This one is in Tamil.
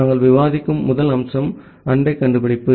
நாங்கள் விவாதிக்கும் முதல் அம்சம் அண்டை கண்டுபிடிப்பு